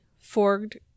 forged